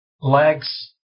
legs